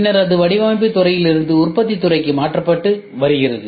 பின்னர் அது வடிவமைப்புத் துறையிலிருந்து உற்பத்தித் துறைக்கு மாற்றப்பட்டு வருகிறது